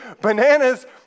Bananas